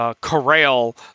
Corral